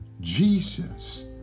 Jesus